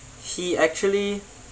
he actually